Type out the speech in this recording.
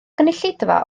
gynulleidfa